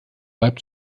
leib